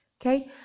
okay